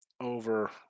over